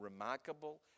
remarkable